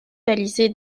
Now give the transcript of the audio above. balisés